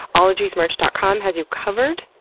ologiesmerch dot com has you covered,